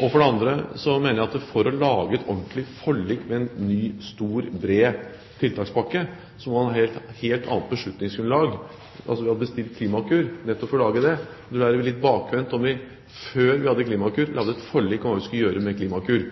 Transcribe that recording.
og for det andre mener jeg at for å lage et ordentlig forlik med en ny, stor og bred tiltakspakke måtte man hatt et helt annet beslutningsgrunnlag – vi hadde bestilt Klimakur nettopp for å lage det. Da ville det være bakvendt om vi før vi hadde Klimakur, lagde et forlik om hva vi skulle gjøre med Klimakur.